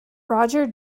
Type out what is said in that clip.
roger